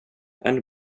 and